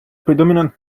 predominant